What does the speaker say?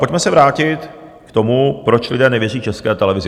Pojďme se vrátit k tomu, proč lidé nevěří České televizi.